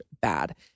bad